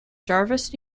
jervis